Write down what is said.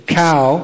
cow